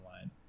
line